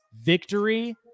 victory